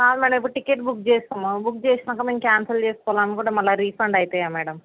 కాదు మేడం ఇప్పుడు ticket book చేస్తాము బుక్ చేసినాక మేము కాన్సెల్ చేసుకోవాలి అనుకుంటే మరల రీఫండ్ అవుతాయా మేడం